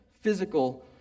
physical